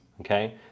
okay